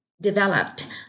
developed